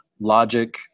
logic